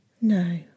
No